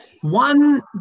one